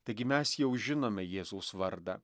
taigi mes jau žinome jėzaus vardą